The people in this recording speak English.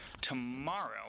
tomorrow